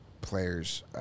players